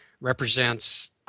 represents